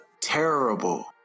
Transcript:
terrible